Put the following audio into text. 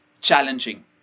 challenging